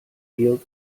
field